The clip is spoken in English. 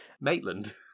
Maitland